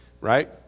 right